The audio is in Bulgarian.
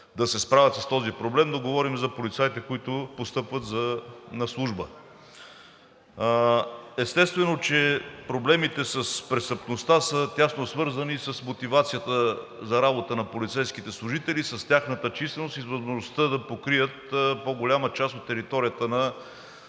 да се справят с този проблем, но говорим за полицаите, които постъпват на служба. Естествено, проблемите с престъпността са тясно свързани с мотивацията за работа на полицейските служители, с тяхната численост и с възможността да покрият по-голяма част от територията на